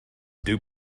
dew